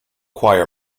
choir